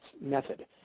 method